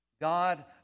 God